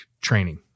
training